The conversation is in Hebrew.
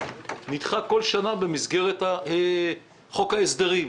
נדחה כל שנה במסגרת חוק ההסדרים.